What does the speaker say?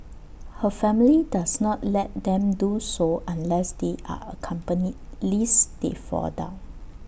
her family does not let them do so unless they are accompanied lest they fall down